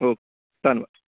ਓ ਧੰਨਵਾਦ